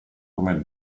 come